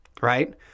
right